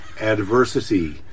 adversity